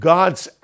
God's